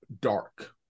dark